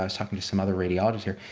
i was talking to some other radiologist here,